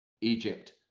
Egypt